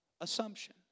assumption